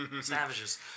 Savages